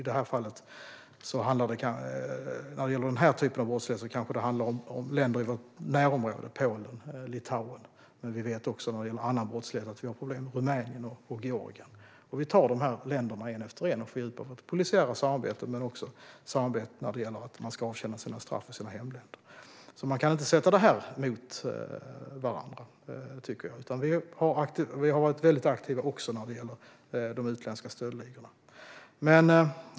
När det gäller den här typen av brottslighet handlar det om länder i vårt närområde, till exempel Polen och Litauen. Men vi vet att det finns problem med annan brottslighet, till exempel Rumänien och Georgien. Vi tar länderna ett efter ett och fördjupar vårt polisiära samarbete och i fråga om att avtjäna straffen i hemländerna. Det går inte sätta dessa saker mot varandra. Regeringen har varit aktiv i fråga om de utländska stöldligorna.